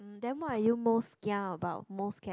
um then what are you most kia about most scared